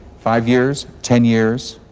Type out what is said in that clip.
five years, ten years,